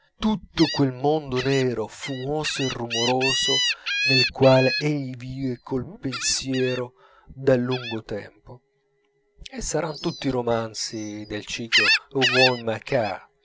tutto quel mondo nero fumoso e rumoroso nel quale egli vive col pensiero da lungo tempo e saran tutti romanzi del ciclo rougon